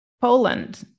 Poland